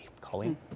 Colleen